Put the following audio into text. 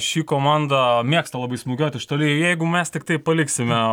ši komanda mėgsta labai smūgiuot iš toli jeigu mes tiktai paliksime